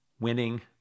winning